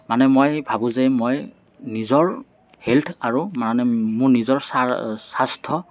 মানে মই ভাবোঁ যে মই নিজৰ হেলথ আৰু মানে মোৰ নিজৰ চা স্বাস্থ্য